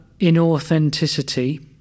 inauthenticity